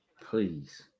please